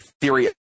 theory